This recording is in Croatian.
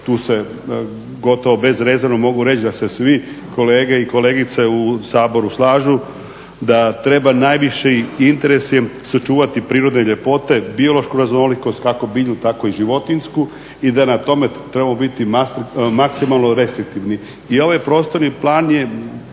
tu se gotovo bezrezervno mogu reći da se svi kolege i kolegice u Saboru slažu da treba najviše interesjem sačuvati prirodne ljepote, biološku raznolikost kako biljnu tako i životinjsku i da na tome trebamo biti maksimalno restriktivni. I ovaj prostorni plan je